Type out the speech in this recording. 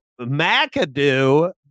McAdoo